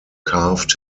carved